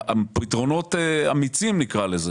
פתרונות אמיצים נקרא לזה.